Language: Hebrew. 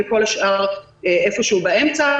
וכל השאר איפשהו באמצע.